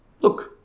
look